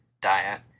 diet